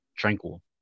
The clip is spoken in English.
tranquil